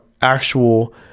actual